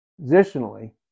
Positionally